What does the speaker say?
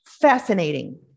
Fascinating